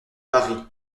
paris